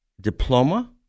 diploma